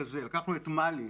לקחנו את מל"י